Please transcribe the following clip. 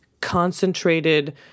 concentrated